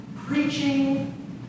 preaching